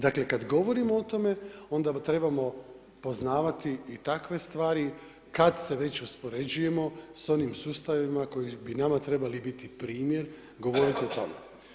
Dakle kad govorimo o tome onda trebamo poznavati i takve stvari kad se već uspoređujemo s onim sustavima koji bi nama trebali biti primjer govoriti o tome.